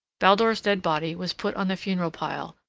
baldur's dead body was put on the funeral pile,